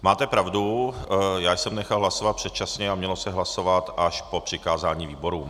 Máte pravdu, já jsem nechal hlasovat předčasně a mělo se hlasovat až po přikázání výborům.